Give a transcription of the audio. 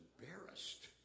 embarrassed